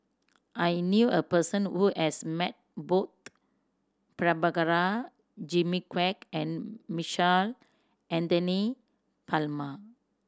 I knew a person who has met both Prabhakara Jimmy Quek and Michael Anthony Palmer